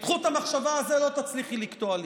את חוט המחשבה הזה לא תצליחי לקטוע לי.